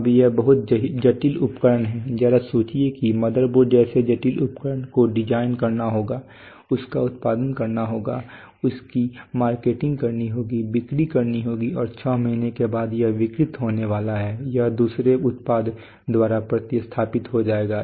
अब ये बहुत जटिल उपकरण हैं जरा सोचिए कि मदरबोर्ड जैसे जटिल उपकरण को डिजाइन करना होगा इसका उत्पादन करना होगा इसकी मार्केटिंग करनी होगी बिक्री करनी होगी और छह महीने बाद यह विकृत होने वाला है यह दूसरे उत्पाद द्वारा प्रतिस्थापित हो जाएगा